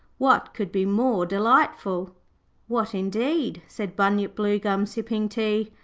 what could be more delightful what indeed said bunyip bluegum sipping tea.